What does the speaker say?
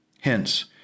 Hence